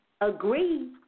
agree